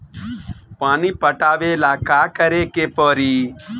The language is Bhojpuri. पानी पटावेला का करे के परी?